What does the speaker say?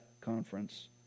conference